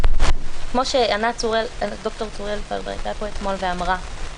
כמו שד"ר ענת צוראל שהייתה פה אתמול אמרה,